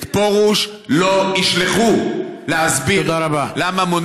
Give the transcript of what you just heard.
את פרוש לא ישלחו להסביר, תודה רבה.